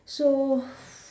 so